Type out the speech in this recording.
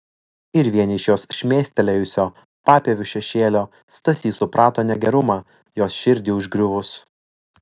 ir vien iš jos šmėstelėjusio papieviu šešėlio stasys suprato negerumą jos širdį užgriuvus